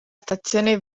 stazione